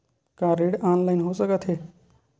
का ऋण ऑनलाइन हो सकत हे?